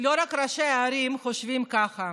לא רק ראשי הערים חושבים ככה.